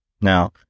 Now